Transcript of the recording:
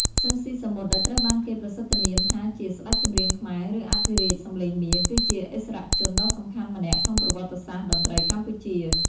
ស៊ីន ស៊ីសាមុត ដែលត្រូវបានគេប្រសិទ្ធនាមថាជា ស្ដេចចម្រៀងខ្មែរ ឬ អធិរាជសម្លេងមាស គឺជាឥស្សរជនដ៏សំខាន់ម្នាក់ក្នុងប្រវត្តិសាស្ត្រតន្ត្រីកម្ពុជា ។